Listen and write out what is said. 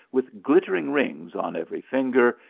with glittering rings on every finger,